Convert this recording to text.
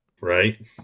Right